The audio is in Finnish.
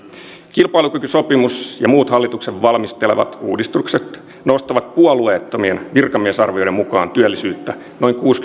kilpailukykysopimus ja muut hallituksen valmistelemat uudistukset nostavat puolueettomien virkamiesarvioiden mukaan työllisyyttä noin